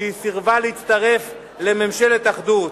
שהיא סירבה להצטרף לממשלת אחדות.